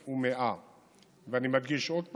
3,100. ואני מדגיש עוד פעם: